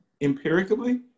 empirically